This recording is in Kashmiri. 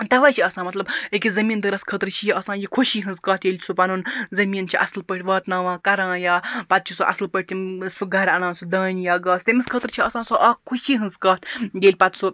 تَوَے چھ آسان مَطلَب أکِس زمیٖنٛدارَس خٲطرٕ چھِ یہِ آسان یہِ خُشی ہٕنٛز کتھ ییٚلہِ سُہ پَنُن زمیٖن چھِ اصٕل پٲٹھۍ واتناوان کران یا پَتہٕ چھِ سۅ اصٕل پٲٹھۍ تِم سُہ گَرٕ اَنان سُہ دانہٕ یا گاسہٕ تٔمِس خٲطرٕ چھِ آسان سۅ اکھ خُشی ہٕنٛز کتھ ییٚلہِ پَتہٕ سُہ